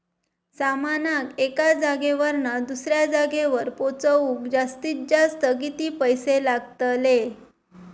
सामानाक एका जागेवरना दुसऱ्या जागेवर पोचवूक जास्तीत जास्त किती पैशे लागतले?